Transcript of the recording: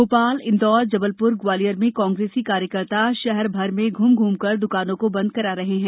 भोपालए इंदौरए जबलपुरए ग्वालियर में कांग्रेसी कार्यकर्ता शहर भर में घूम घूम कर दुकानों को बंद करा रहे हैं